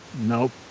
nope